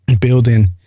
Building